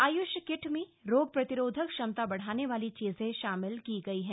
आय्ष kit में रोग प्रतिरोधक क्षमता बढ़ाने वाली चीजें शामिल की गई हैं